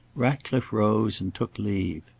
ratcliffe rose and took leave.